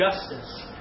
justice